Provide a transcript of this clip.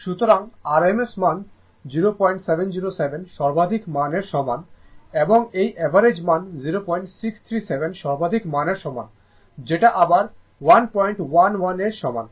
সুতরাং rms মান 0707 সর্বাধিক মান এর সমান এবং এই অ্যাভারেজ মান 0637 সর্বাধিক মান এর সমান যেটা আবার 111 এর সমান